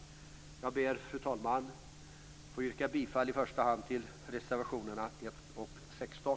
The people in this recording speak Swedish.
Fru talman! Jag ber att få yrka bifall till i första hand reservationerna 1 och 16.